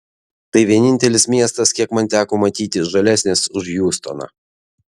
tai vienintelis miestas kiek man teko matyti žalesnis už hjustoną